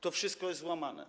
To wszystko jest łamane.